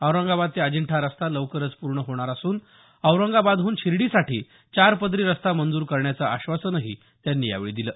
औरंगाबाद ते अजिंठा रस्ता लवकरच पूर्ण होणार असून औरंगाबादहून शिर्डीसाठी चार पदरी रस्ता मंजूर करण्याचं आश्वासनही त्यांनी यावेळी दिलं